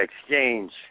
exchange